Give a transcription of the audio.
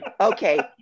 Okay